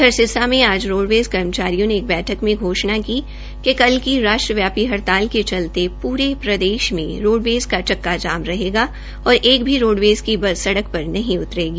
अधर सिरसा में आज रोडवेज कर्मचारियों ने एक बैठक में घोषणा की कि कल की राष्ट्रव्यापी हड़ताल के चलते पूरे प्रदेश में रोडवेज का चक्का जाम रहेगा और एक भी रोडवेज की बस सड़क पर नहीं उतरेगी